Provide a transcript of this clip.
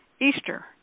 easter